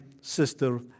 sister